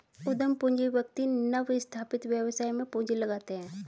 उद्यम पूंजी व्यक्ति नवस्थापित व्यवसाय में पूंजी लगाते हैं